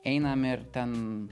einam ir ten